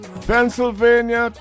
Pennsylvania